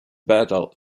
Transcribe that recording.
battle